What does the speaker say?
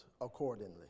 accordingly